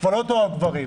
כבר לא תאהב גברים,